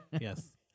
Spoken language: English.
Yes